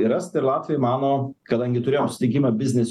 ir estai ir latviai mano kadangi turėjom susitikimą biznis